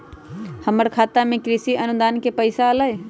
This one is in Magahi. हमर खाता में कृषि अनुदान के पैसा अलई?